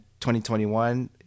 2021